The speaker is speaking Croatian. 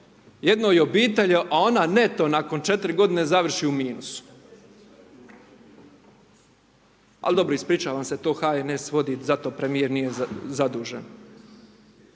jednoj obitelji a ona neto nakon 4 godine završi u minusu. Ali dobro, ispričavam se, to HNS vodi, za to premijer nije zadužen.